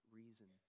reason